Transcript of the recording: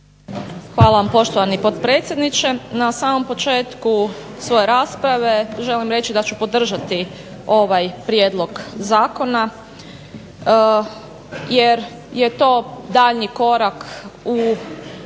Hvala vam poštovani potpredsjedniče. Na samom početku svoje rasprave želim reći da ću podržati ovaj prijedlog zakona, jer je to daljnji korak u